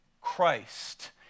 Christ